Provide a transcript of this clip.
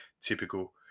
typical